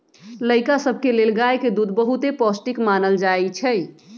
लइका सभके लेल गाय के दूध बहुते पौष्टिक मानल जाइ छइ